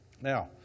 Now